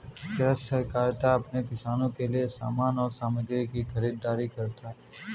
कृषि सहकारिता अपने किसानों के लिए समान और सामग्री की खरीदारी करता है